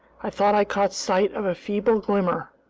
i thought i caught sight of a feeble glimmer,